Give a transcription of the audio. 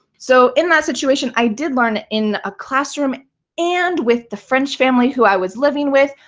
so in that situation, i did learn in a classroom and with the french family who i was living with.